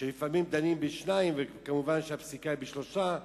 שלפעמים דנים בשניים וכמובן הפסיקה היא בשלושה,